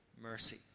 mercy